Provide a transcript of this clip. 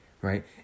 right